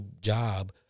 job